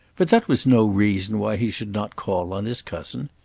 but that was no reason why he should not call on his cousin.